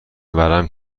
ورم